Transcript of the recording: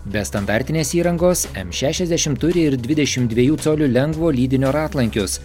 be standartinės įrangos m šešiasdešim turi ir dvidešim dviejų colių lengvo lydinio ratlankius